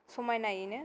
समायनायैनो